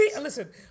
listen